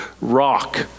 rock